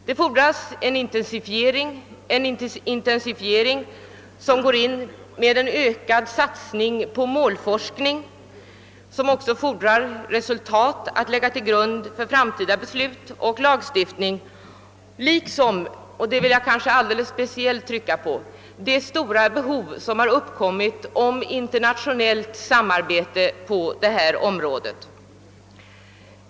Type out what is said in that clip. Det fordras en intensifiering, en ökad satsning på målforskning, som skall ge resultat att lägga till grund för framtida beslut och lagstiftning liksom — och det vill jag alldeles speciellt trycka på — det stora behov som uppkommit av internationellt samarbete på forskningsområdet.